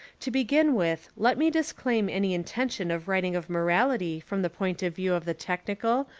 to begin with, let me disclaim any intention of writing of morality from the point of view of the technical,